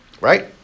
Right